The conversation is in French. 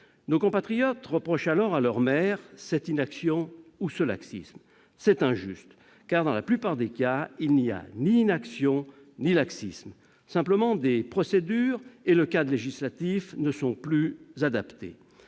Nos compatriotes reprochent alors à leur maire cette inaction ou ce laxisme. C'est injuste, car, dans la plupart des cas, il n'y a ni inaction ni laxisme. Simplement, les procédures et le cadre législatif actuels ne sont plus adaptés.